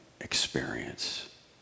experience